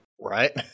Right